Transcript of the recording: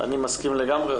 אני מסכים לגמרי.